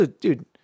Dude